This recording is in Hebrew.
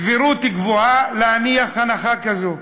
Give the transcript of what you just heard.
סבירות גבוהה להניח הנחה כזו.